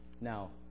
Now